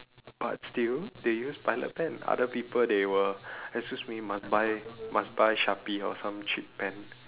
but still they use pilot pen other people they will excuse me must buy must buy sharpie or some cheap pen